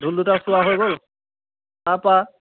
ঢোল দুটাও চোৱা হৈ গ'ল তাৰ পৰা